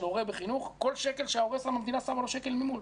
הורה בחינוך כל שקל שההורה שם המדינה שמה לו שקל ממול.